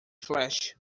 flash